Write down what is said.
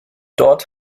dort